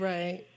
Right